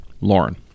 lauren